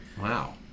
Wow